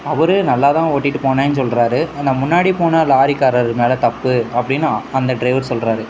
அவர் நல்லா தான் ஓட்டிகிட்டு போனேன்னு சொல்கிறாரு ஆனால் முன்னாடி போன லாரிக்காரர் மேலே தப்பு அப்படின்னு அந்த ட்ரைவர் சொல்கிறாரு